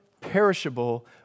perishable